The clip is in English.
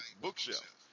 bookshelf